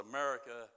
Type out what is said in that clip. America